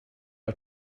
her